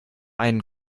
einen